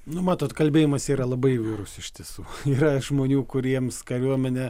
nu matot kalbėjimas yra labai įvairus iš tiesų yra žmonių kuriems kariuomenė